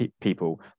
people